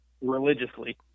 religiously